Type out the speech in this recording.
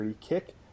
kick